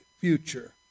future